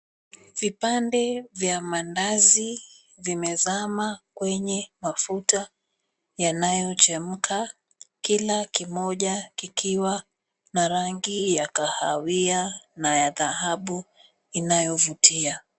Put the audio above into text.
Vipande vya mandazi vimezama kwenye mafuta yanayochemka, kila kimoja kikiwa na rangi ya kahawia na ya dhahabu inayovutia.